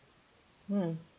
mm